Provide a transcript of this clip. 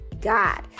God